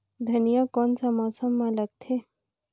धनिया कोन सा मौसम मां लगथे?